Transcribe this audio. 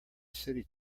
city